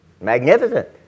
magnificent